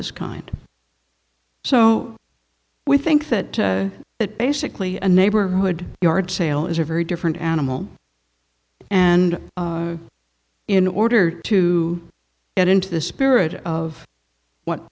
this kind so we think that it basically a neighborhood yard sale is a very different animal and in order to get into the spirit of what